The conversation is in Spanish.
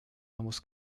nuevos